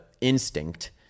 instinct